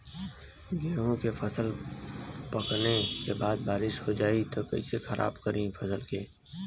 गेहूँ के फसल पकने के बाद बारिश हो जाई त कइसे खराब करी फसल के?